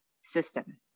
system